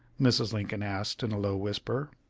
mrs. lincoln asked in a low whisper.